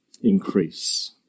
increase